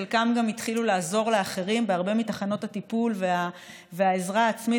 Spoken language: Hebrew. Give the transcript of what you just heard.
חלקם גם התחילו לעזור לאחרים בהרבה מתחנות הטיפול והעזרה העצמית.